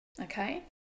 okay